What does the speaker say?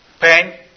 pain